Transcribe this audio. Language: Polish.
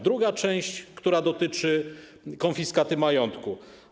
Druga część, która dotyczy konfiskaty majątku.